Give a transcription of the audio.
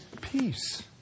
Peace